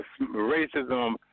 racism